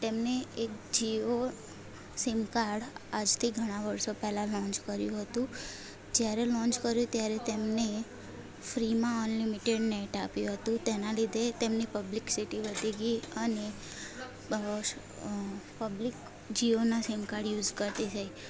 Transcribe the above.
તેમણે એક Jio sim card આજથી ઘણા વર્ષો પહેલાં લોન્ચ કર્યું હતું જ્યારે લોન્ચ કર્યું ત્યારે તેમને ફ્રીમાં અનલિમિટેડ નેટ આપ્યું હતું તેના લીધે તેમની પબ્લિક સિટી વધી ગઈ અને પબ્લિક જીઓના સીમ કાર્ડ યુસ કરતી થઈ